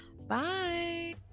Bye